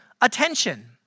attention